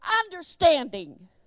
understanding